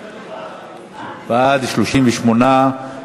בעד, 38,